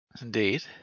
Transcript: Indeed